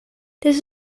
this